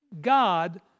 God